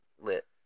lit